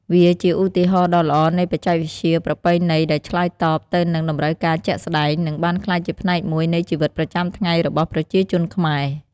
វាជាឧទាហរណ៍ដ៏ល្អនៃបច្ចេកវិទ្យាប្រពៃណីដែលឆ្លើយតបទៅនឹងតម្រូវការជាក់ស្តែង និងបានក្លាយជាផ្នែកមួយនៃជីវិតប្រចាំថ្ងៃរបស់ប្រជាជនខ្មែរ។